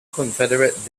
confederate